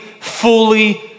fully